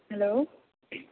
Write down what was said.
hello